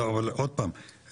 אבל עוד פעם,